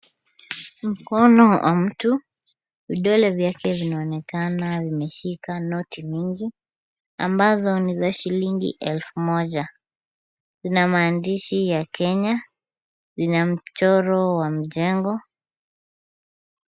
Mkono wa mtu, vidole vyake vinaonekana vimeshika noti mingi ambazo ni za shilingi elfu moja. Vina maandishi ya Kenya, vina mchoro wa mjengo.